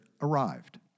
arrived